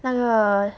那个